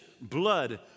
blood